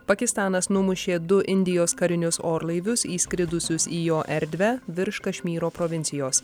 pakistanas numušė du indijos karinius orlaivius įskridusius į jo erdve virš kašmyro provincijos